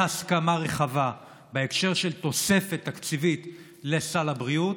בהסכמה רחבה, בהקשר של תוספת תקציבית לסל הבריאות,